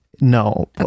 no